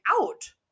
out